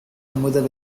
அமுத